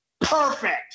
Perfect